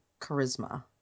charisma